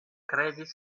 kredis